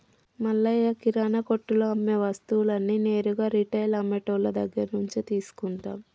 మల్లయ్య కిరానా కొట్టులో అమ్మే వస్తువులన్నీ నేరుగా రిటైల్ అమ్మె టోళ్ళు దగ్గరినుంచే తీసుకుంటాం